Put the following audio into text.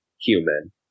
human